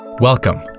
Welcome